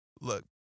look